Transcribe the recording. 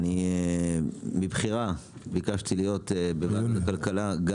מבחירה ביקשתי להיות חבר בוועדת כלכלה,